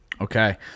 Okay